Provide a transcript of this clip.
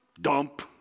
dump